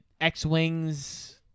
X-Wings